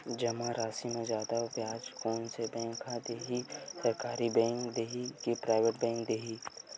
जमा राशि म जादा ब्याज कोन से बैंक ह दे ही, सरकारी बैंक दे हि कि प्राइवेट बैंक देहि?